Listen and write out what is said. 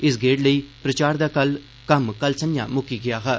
इस गेड़ लेई प्रचार दा कम्म कल सक्झा मुक्की गेआ हा